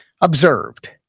observed